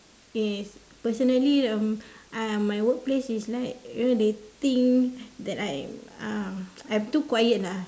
is personally um uh my workplace is like you know they think that I am uh I'm too quiet lah